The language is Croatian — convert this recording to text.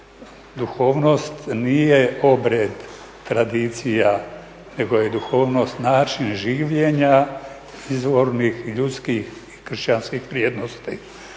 Duhovnost nije obred, tradicija, nego je duhovnost način življenja, izvornih ljudskih i kršćanskih vrijednosti.